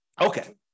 Okay